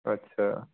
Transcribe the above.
ਅੱਛਾ